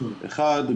אחד,